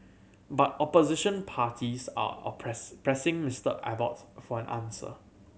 but opposition parties are oppress pressing Mister Abbott for an answer